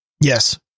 yes